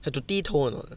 have to 剃头 or not